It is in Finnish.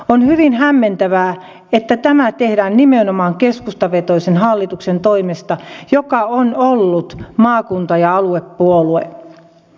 on hyvin hämmentävää että tämä tehdään nimenomaan keskustavetoisen hallituksen toimesta joka on ollut maakunta ja aluepuolue